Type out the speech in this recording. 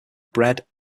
bread